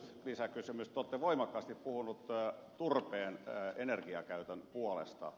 te olette voimakkaasti puhunut turpeen energiakäytön puolesta